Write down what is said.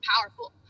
powerful